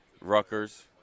Rutgers